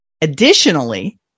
additionally